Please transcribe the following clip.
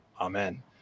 Amen